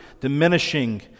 diminishing